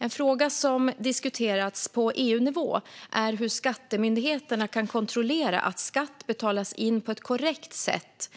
En fråga som diskuterats på EU-nivå är hur skattemyndigheterna kan kontrollera att skatt betalas in på ett korrekt sätt